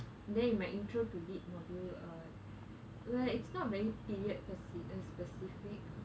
then in my introduction to literature module uh well it's not very period peci~ uh specific